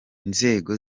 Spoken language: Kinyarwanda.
inzego